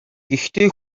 гэхдээ